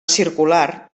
circular